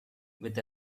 with